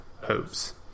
hopes